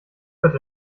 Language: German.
wird